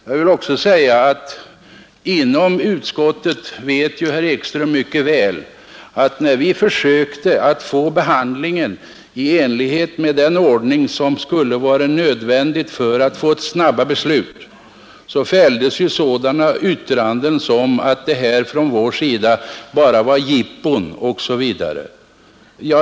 Jag vill också säga att när vi inom utskottet — det vet ju herr Ekström mycket väl — försökte få en behandling i den ordning som skulle ha varit nödvändig för att få snabba beslut, fälldes ju sådana yttranden som att det från vår sida bara var jippon osv.